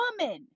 woman